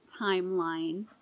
timeline